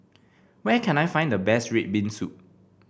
where can I find the best red bean soup